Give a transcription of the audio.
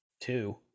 two